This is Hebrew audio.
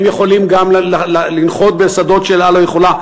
הם יכולים לנחות בשדות ש"אל על" לא יכולה,